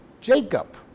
Jacob